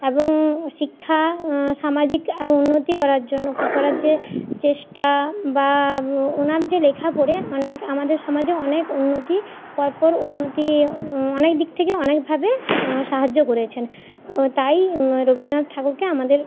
এবং শিক্ষা সামাজিক আরও উন্নতি করার জন্য করার যে চেষ্টা বা ওনার যে লেখা পড়ে অনেক আমাদের সমাজে অনেক উন্নতি পর পর উন্নতি অনেক দিক থেকে অনেকভাবে সাহায্য করেছেন তাই রবীন্দনাথ ঠাকুরকে আমাদের